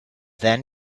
then